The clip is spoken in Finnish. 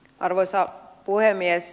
arvoisa puhemies